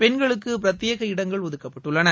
பெண்களுக்கு பிரத்யேக இடங்கள் ஒதுக்கப்பட்டுள்ளன